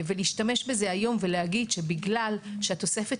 להשתמש בזה היום ולהגיד שבגלל שהתוספת